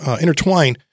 intertwine